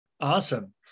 Awesome